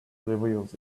reveals